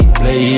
play